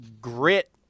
grit